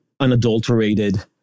unadulterated